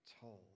told